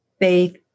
faith